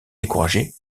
découragé